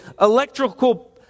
electrical